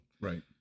Right